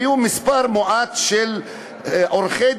היו מספר מועט של עורכי-דין.